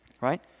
Right